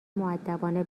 مودبانه